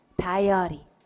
diary